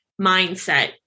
mindset